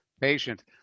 patient